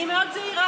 אני מאוד זהירה.